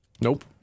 Nope